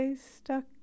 stuck